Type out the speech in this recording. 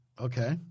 Okay